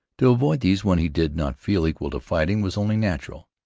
to avoid these when he did not feel equal to fighting was only natural,